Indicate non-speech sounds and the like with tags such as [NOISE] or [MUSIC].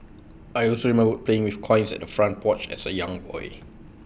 I also [UNINTELLIGIBLE] playing with coins at the front porch as A young boy